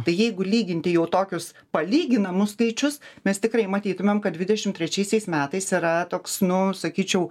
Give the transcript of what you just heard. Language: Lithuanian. tai jeigu lyginti jau tokius palyginamus skaičius mes tikrai matytumėm kad dvidešim trečiaisiais metais yra toks nu sakyčiau